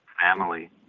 family